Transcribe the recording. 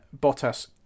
Bottas